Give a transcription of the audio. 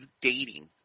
dating